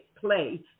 play